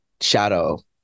shadow